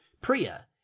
Priya